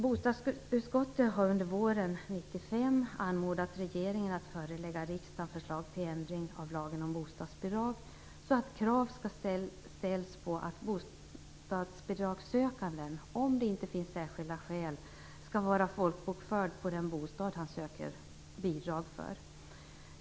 Bostadsutskottet har under våren 1995 anmodat regeringen att förelägga riksdagen förslag till ändring av lagen om bostadsbidrag så att krav ställs på att bostadsbidragssökanden, om det inte finns särskilda skäl, skall vara folkbokförd på den bostad han söker bidrag för.